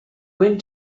went